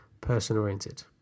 person-oriented